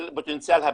פוטנציאל הפיתוח.